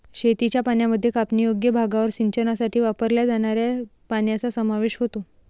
शेतीच्या पाण्यामध्ये कापणीयोग्य भागावर सिंचनासाठी वापरल्या जाणाऱ्या पाण्याचा समावेश होतो